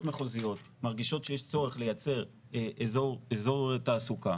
מחוזיות מרגישות שיש צורך לייצר אזור תעסוקה,